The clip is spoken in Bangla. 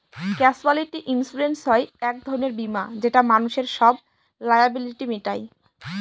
ক্যাসুয়ালিটি ইন্সুরেন্স হয় এক ধরনের বীমা যেটা মানুষদের সব লায়াবিলিটি মিটায়